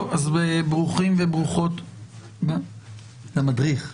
ברוכים וברוכות הבאות.